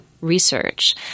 research